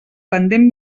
pendent